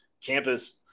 campus